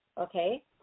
okay